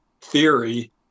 theory